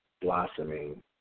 blossoming